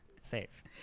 safe